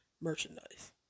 merchandise